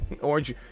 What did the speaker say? Orange